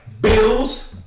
bills